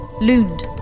Lund